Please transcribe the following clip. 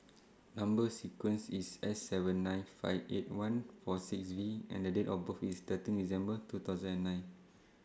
Number sequence IS S seven nine five eight one four six V and The Date of birth IS thirteen December two thousand and nine